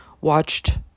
watched